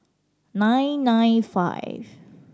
nine nine five